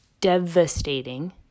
devastating